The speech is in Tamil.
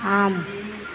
ஆம்